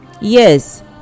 Yes